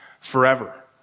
forever